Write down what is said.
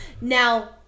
Now